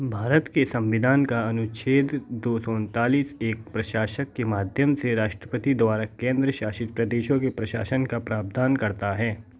भारत के संविधान का अनुच्छेद दो सौ उनतालीस एक प्रशासक के माध्यम से राष्ट्रपति द्वारा केंद्र शासित प्रदेशों के प्रशासन का प्रावधान करता है